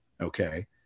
okay